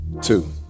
Two